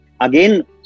again